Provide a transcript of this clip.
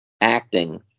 acting